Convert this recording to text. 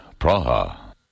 Praha